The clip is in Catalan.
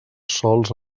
sols